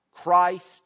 Christ